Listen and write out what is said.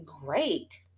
great